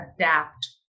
adapt